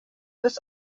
bis